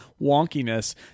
wonkiness